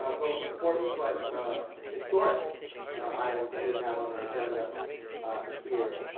both important but historic items that we have on our agenda here.